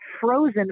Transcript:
frozen